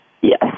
Yes